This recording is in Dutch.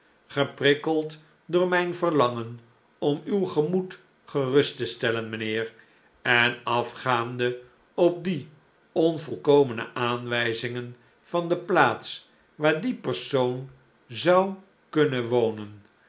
geprikkeld door mijn verlangen om uw gemoed gerust te stellen mijnheer en afgaande op die onvolkomene aanwijzingen van de plaats waar die persoon zou kunnen wonen